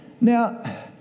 Now